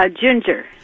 Ginger